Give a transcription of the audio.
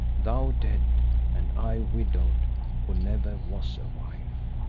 thou dead and i widowed who never was wife.